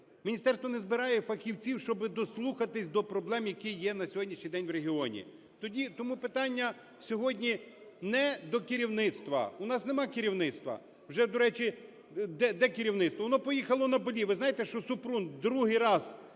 міністерство не збирає фахівців, щоб дослухатися до проблем, які є на сьогоднішній день в регіоні. Тому питання сьогодні не до керівництва, у нас немає керівництва. Уже, до речі, де керівництво? Воно поїхало на Балі. Ви знаєте, що Супрун другий раз